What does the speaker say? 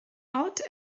out